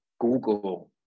Google